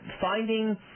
finding